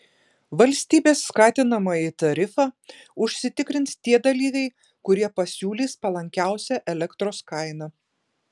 valstybės skatinamąjį tarifą užsitikrins tie dalyviai kurie pasiūlys palankiausią elektros kainą